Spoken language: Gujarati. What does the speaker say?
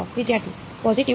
વિદ્યાર્થી પોજીટીવ લો